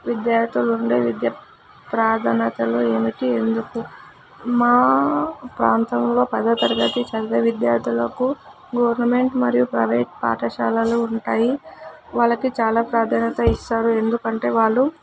విద్యార్థులు ఉండే విద్య ప్రాధాన్యతలు ఏమిటి ఎందుకు మా ప్రాంతంలో పదో తరగతి చదివే విద్యార్థులకు గవర్నమెంట్ మరియు ప్రైవేట్ పాఠశాలలు ఉంటాయి వాళ్ళకి చాలా ప్రాధాన్యత ఇస్తారు ఎందుకంటే వాళ్ళు